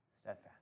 steadfast